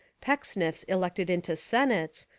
pecksniffs elected into senates,